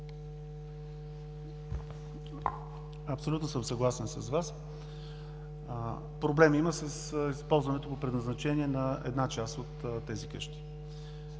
Абсолютно съм съгласен с Вас. Проблем има с използването по предназначение на една част от тези къщи.